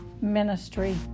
Ministry